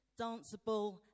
danceable